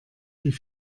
die